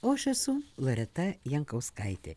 o aš esu loreta jankauskaitė